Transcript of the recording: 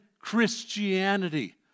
Christianity